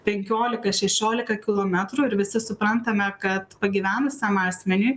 penkilika šešiolika kilometrų ir visi suprantame kad pagyvenusiam asmeniui